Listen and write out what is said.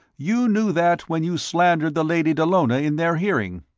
you knew that when you slandered the lady dallona in their hearing.